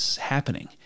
happening